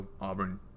Auburn